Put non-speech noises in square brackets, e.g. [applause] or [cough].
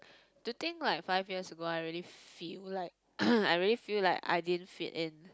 to think like five year ago I really feel like [coughs] I really feel like I didn't fit in